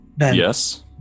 Yes